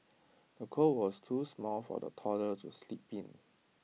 the cot was too small for the toddler to sleep in